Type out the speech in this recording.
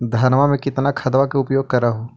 धानमा मे कितना खदबा के उपयोग कर हू?